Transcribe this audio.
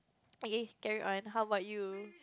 okay carry on how about you